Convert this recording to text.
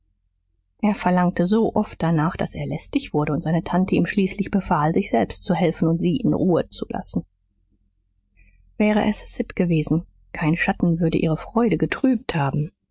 er verlangte so oft danach daß er lästig wurde und seine tante ihm schließlich befahl sich selbst zu helfen und sie in ruhe zu lassen wäre es sid gewesen kein schatten würde ihre freude getrübt haben